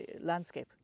landscape